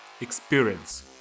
experience